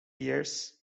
years